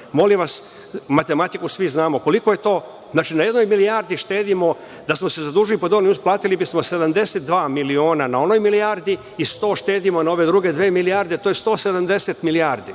manje. Molim vas, matematiku svi znamo, koliko je to. Znači, na jednoj milijardi štedimo da smo se zadužili drugačije, platili bismo 72 miliona na onoj milijardi i sto štedimo na ove druge dve milijarde, to je 170 milijardi.